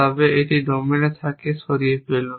তবে এটি ডোমেন থেকে সরিয়ে ফেলুন